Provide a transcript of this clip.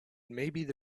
maybe